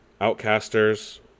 Outcasters